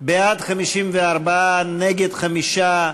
בעד, 54, נגד 5,